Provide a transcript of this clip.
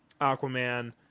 Aquaman